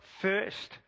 first